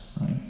right